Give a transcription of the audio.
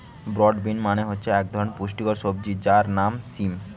broad bean মানে হচ্ছে এক ধরনের পুষ্টিকর সবজি যার নাম সিম